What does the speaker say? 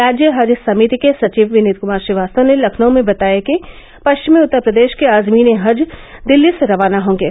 राज्य हज समिति के सचिव विनीत कुमार श्रीवास्तव ने लखनऊ में बताया कि पष्चिमी उत्तर प्रदेष के आज़मीन ए हज दिल्ली से रवाना होंगे